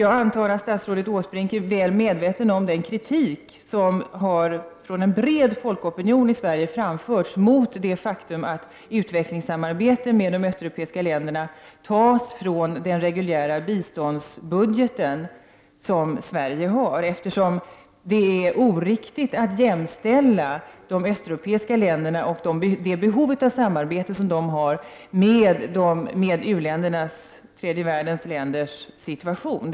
Jag antar att statsrådet Åsbrink är väl medveten om den kritik som från en bred folkopinion i Sverige har framförts mot det faktum att pengar till utvecklingssamarbete med de östeuropeiska länderna tas från den reguljära biståndsbudget som Sverige har. Det är oriktigt att jämställa de östeuropeiska länderna och det behov av samarbete som de har med u-ländernas, tredje världens länders, situation.